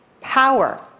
power